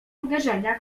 uderzenia